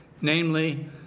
namely